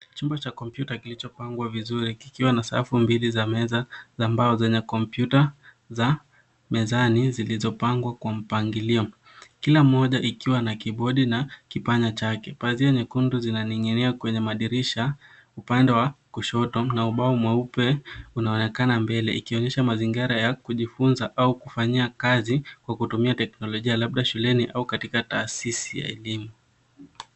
Chumba cha kompyuta kilichopangwa vizuri kikiwa na safu mbili za meza za mbao zenye kompyuta za mezani zilizopangwa kwa mpangilio. Kila moja ikiwa na kibodi na kipanya chake. Pazia nyekundu zinaning'inia kwenye madirisha upande wa kushoto na ubao mweupe unaonekana mbele, ikionyesha mazingira ya kijifunza au kufanyia kazi kwa kutumia teknolojia; labda shuleni au katika taasisi ya elimu.